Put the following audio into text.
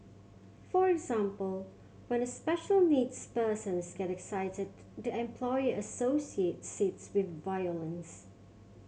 for example when a special needs persons get excited the employer associates it with violence